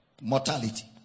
Mortality